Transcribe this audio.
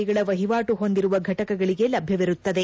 ಗಳ ವಹಿವಾಟು ಹೊಂದಿರುವ ಘಟಕಗಳಿಗೆ ಲಭ್ಯವಿರುತ್ತದೆ